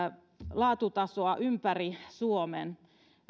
laatutasoa ympäri suomen